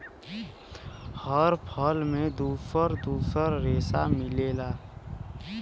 हर फल में दुसर दुसर रेसा मिलेला